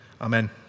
Amen